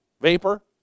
vapor